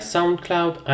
Soundcloud